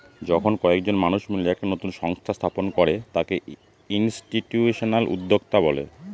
যখন কয়েকজন মানুষ মিলে একটা নতুন সংস্থা স্থাপন করে তাকে ইনস্টিটিউশনাল উদ্যোক্তা বলে